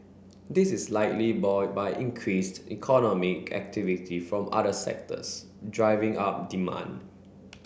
this is likely buoy by increased economic activity from other sectors driving up demand